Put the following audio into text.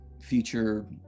future